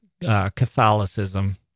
Catholicism